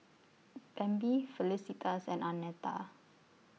Bambi Felicitas and Arnetta